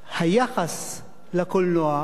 היחס לקולנוע,